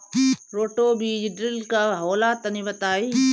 Roto बीज drill का होला तनि बताई?